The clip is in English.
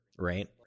right